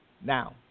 Now